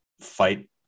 fight